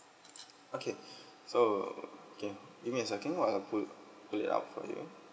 okay so K give me second while I pull pull it out for you